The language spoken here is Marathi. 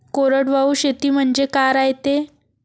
कोरडवाहू शेती म्हनजे का रायते?